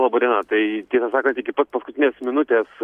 laba diena tai tiesą sakant iki pat paskutinės minutės